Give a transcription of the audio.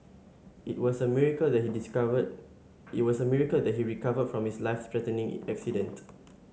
it was a miracle that he discovered it was a miracle that he recovered from his life threatening accident